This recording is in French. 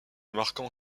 marquant